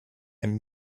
and